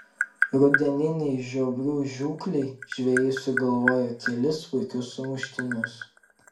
rudeninei žiobrių žūklei žvejai sugalvojo kelis puikius sumuštinius